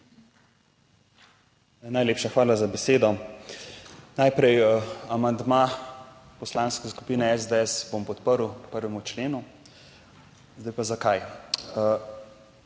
Najlepša hvala za besedo. Najprej, amandma poslanske skupine SDS bom podprl k 1. členu. Zdaj pa zakaj.